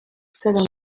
gitaramo